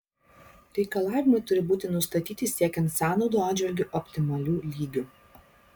reikalavimai turi būti nustatyti siekiant sąnaudų atžvilgiu optimalių lygių